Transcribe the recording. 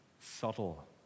subtle